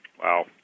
Wow